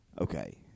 Okay